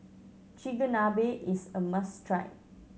chigenabe is a must try